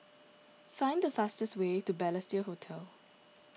find the fastest way to Balestier Hotel